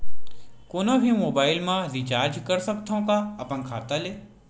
कोनो भी मोबाइल मा रिचार्ज कर सकथव का अपन खाता ले?